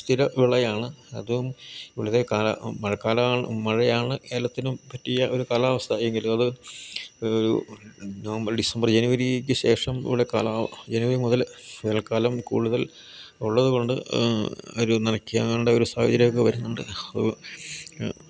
സ്ഥിരവിളയാണ് അതും ഇവിടുത്തെ കാല മഴക്കാല മഴയാണ് ഏലത്തിനും പറ്റിയ ഒരു കാലാവസ്ഥയെങ്കിലും അത് ഒരു നവംബർ ഡിസംബർ ജനുവരിക്കുശേഷം ഇവിടെ കാല ജനുവരി മുതൽ വേനൽക്കാലം കൂടുതൽ ഉള്ളതുകൊണ്ട് ഒരു നനയ്ക്കാണ്ട് ഒരു സാഹചര്യമൊക്കെ വരുന്നുണ്ട്